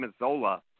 Mazzola